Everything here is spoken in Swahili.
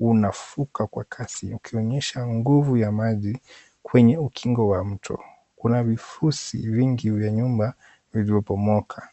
unavuka kwa kasi ukionyesha nguvu ya maji, kwenye ukingo wa mto kuna vifushi vingi vya nyumba zilizobomoka.